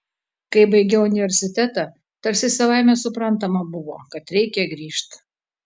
kai baigiau universitetą tarsi savaime suprantama buvo kad reikia grįžt